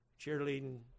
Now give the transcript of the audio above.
cheerleading